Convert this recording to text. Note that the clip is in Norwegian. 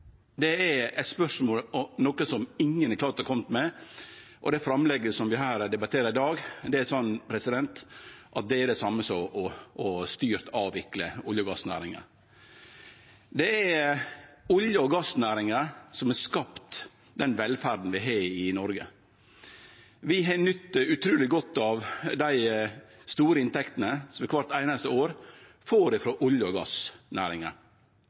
Det er eit spørsmål som ingen har klart å kome med svar på, og det framlegget som vi debatterer her i dag, er det same som ei styrt avvikling av olje- og gassnæringa. Det er olje- og gassnæringa som har skapt den velferda vi har i Noreg. Vi har nytt utruleg godt av dei store inntektene som vi kvart einaste år får frå olje- og gassnæringa.